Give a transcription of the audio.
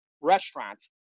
restaurants